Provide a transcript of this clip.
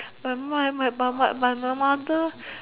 but my my but my but my mother